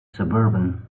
suburban